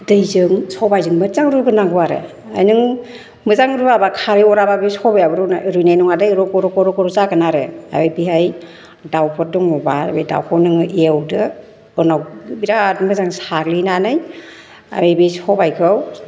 दैजों सबाइजों मोजां रुग्रोनांगौ आरो नों मोजां रुवाबा खारै अराबा बे सबाइयाबो रुनाय रुइनाय नङा दे रग' रग' रग' रग' जागोन आरो बेहाय दाउफोर दङबा बे दाउखौ नोङो एवदो उनाव बिराथ मोजां साग्लिनानै आरो बे सबाइखौ